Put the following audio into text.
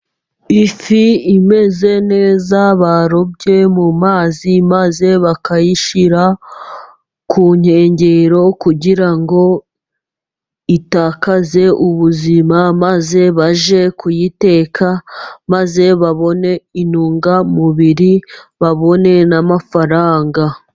Ifi imeze neza barobye mu mazi maze bakayishyira ku nkengero, kugira ngo itakaze ubuzima, maze bajye kuyiteka maze babone intungamubiri ,babone n'amafaranga.